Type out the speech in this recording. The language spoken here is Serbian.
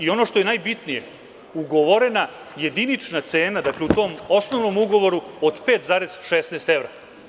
Ono što je najbitnije, ugovorena jedinična cena u tom osnovnom ugovoru je od 5,16 evra.